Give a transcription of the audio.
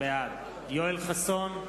בעד יואל חסון,